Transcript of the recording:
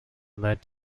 led